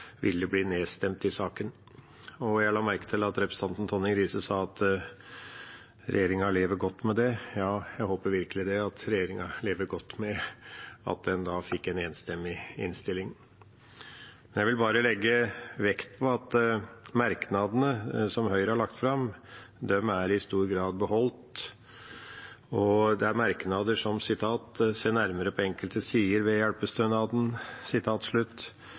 bli nedstemt i saken. Jeg la merke til at representanten Tonning Riise sa at regjeringa lever godt med det. Ja, jeg håper virkelig regjeringa lever godt med at en fikk en enstemmig innstilling. Jeg vil bare legge vekt på at merknadene som Høyre har lagt fram, i stor grad er beholdt. Det er merknader som «se nærmere på enkelte sider av hjelpestønaden», «ta stilling til en rekke andre problemstillinger» og til slutt